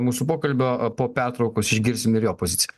mūsų pokalbio o po pertraukos išgirsime ir jo poziciją